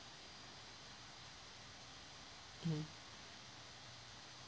mm